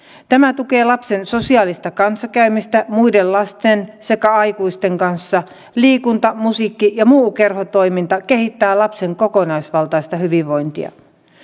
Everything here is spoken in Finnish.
tämä tukee lapsen sosiaalista kanssakäymistä muiden lasten sekä aikuisten kanssa liikunta musiikki ja muu kerhotoiminta kehittävät lapsen kokonaisvaltaista hyvinvointia